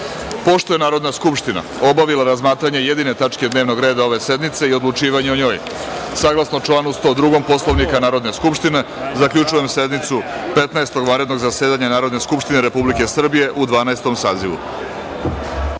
je Narodna skupština obavila razmatranje jedine tačke dnevnog reda ove sednice i odlučivanje o njoj, saglasno članu 102. Poslovnika Narodne skupštine, zaključujem sednicu Petnaestog vanrednog zasedanja Narodne skupštine Republike Srbije u Dvanaestom